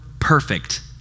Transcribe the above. perfect